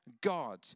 God